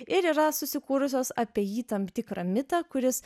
ir yra susikūrusios apie jį tam tikrą mitą kuris